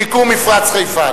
שיקום מפרץ חיפה,